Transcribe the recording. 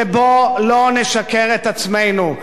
בואו לא נשקר את עצמנו: